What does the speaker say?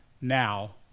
now